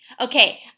Okay